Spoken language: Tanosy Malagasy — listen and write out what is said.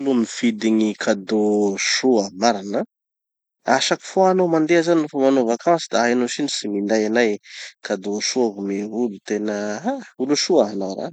mifidy gny cadeau soa, marina! A chaque fois hanao mandeha zay nofa manao vacance da hainao sinitsy minday anay cadeau soa home olo. Tena ha! Olo soa hanao ra!